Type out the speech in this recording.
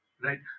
Right